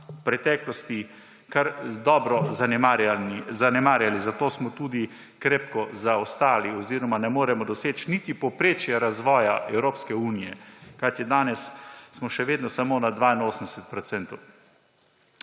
v preteklosti kar dobro zanemarjali. Zato smo tudi krepko zaostali oziroma ne moremo doseči niti povprečja razvoja Evropske unije. Kajti danes smo še vedno samo na 82 %.